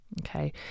Okay